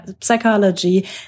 Psychology